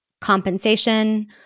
compensation